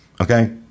okay